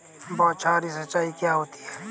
बौछारी सिंचाई क्या होती है?